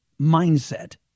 mindset